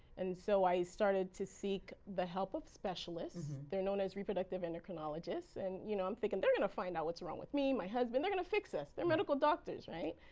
and so i started to seek the help of specialists. they're known as reproductive endocrinologists and you know i'm thinking they're going to find out what's wrong with me, my husband, they're going to fix us, they're medical doctors, right.